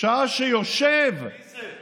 שעה שיושב, מי זה?